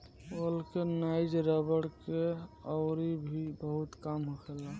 vulcanise रबड़ के अउरी भी बहुते काम होखेला